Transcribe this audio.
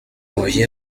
huye